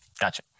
Gotcha